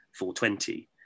420